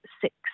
six